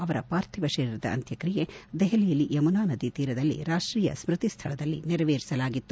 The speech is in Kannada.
ಅವರ ಪಾರ್ಥಿವ ಶರೀರದ ಅಂತ್ಷಕ್ರಿಯೆ ದೆಹಲಿಯಲ್ಲಿ ಯಮುನಾ ನದಿ ತೀರದಲ್ಲಿ ರಾಷ್ಟೀಯ ಸ್ಮತಿ ಸ್ಥಳದಲ್ಲಿ ನೆರವೇರಿಸಲಾಗಿತ್ತು